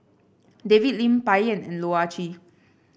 David Lim Bai Yan and Loh Ah Chee